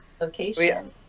location